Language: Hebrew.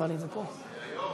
סעיף